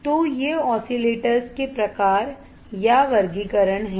तो ये ऑसिलेटर्स के प्रकार या वर्गीकरण हैं